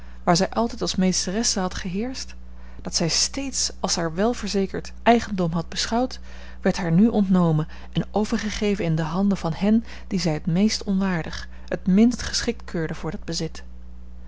waar zij altijd als meesteresse had geheerscht dat zij steeds als haar welverzekerd eigendom had beschouwd werd haar nu ontnomen en overgegeven in de handen van hen die zij het meest onwaardig het minst geschikt keurde voor dat bezit